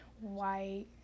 white